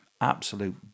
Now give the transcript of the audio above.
Absolute